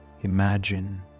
imagine